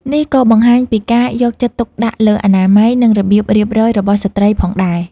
នេះក៏បង្ហាញពីការយកចិត្តទុកដាក់លើអនាម័យ និងរបៀបរៀបរយរបស់ស្ត្រីផងដែរ។